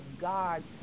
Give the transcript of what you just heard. God